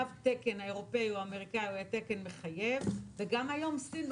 תו התקן האירופאי או האמריקאי הוא תקן מחייב וגם היום סין,